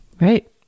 Right